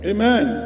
Amen